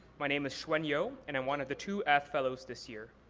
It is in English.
my name is xuan yeo and i'm one of the two ath fellows this year.